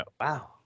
Wow